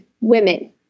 women